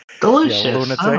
Delicious